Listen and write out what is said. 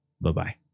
Bye-bye